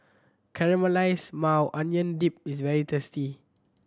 Caramelized Maui Onion Dip is very tasty